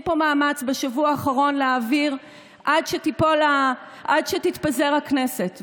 פה מאמץ בשבוע האחרון להעביר עד שתתפזר הכנסת.